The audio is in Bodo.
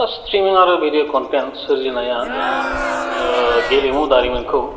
खस्ट्रिं आरो बिदि कनटेन्त सोरजिनाया गेलेमु दारिमिनखौ